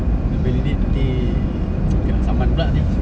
dia validate nanti kena saman pula ni